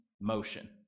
motion